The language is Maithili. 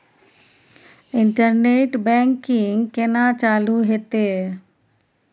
इंटरनेट बैंकिंग केना चालू हेते?